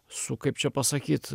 su kaip čia pasakyt